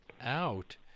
out